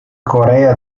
corea